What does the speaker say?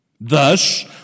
Thus